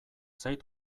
zait